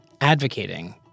advocating